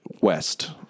west